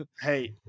Hey